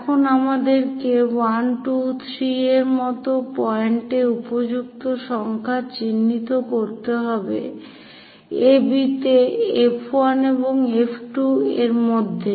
এখন আমাদেরকে 1 2 3 এর মতো পয়েন্টের উপযুক্ত সংখ্যা চিহ্নিত করতে হবে AB তে F1 এবং F2 এর মধ্যে